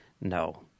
no